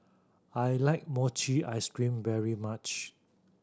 I like mochi ice cream very much